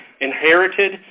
inherited